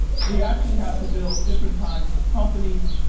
we actually have to build different kinds of companies,